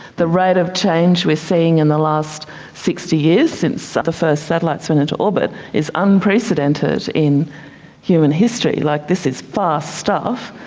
the rate of change we are seeing in the last sixty years since the first satellites went into orbit is unprecedented in human history. like this is fast stuff,